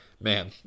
man